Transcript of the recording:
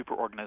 superorganism